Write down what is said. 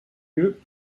eux